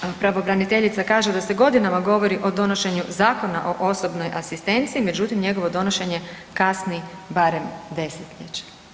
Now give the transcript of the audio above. Nadalje, pravobraniteljica kaže da se godinama govori o donošenju Zakona o osobnoj asistenciji, međutim, njegovo donošenje kasni barem desetljeće.